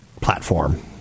platform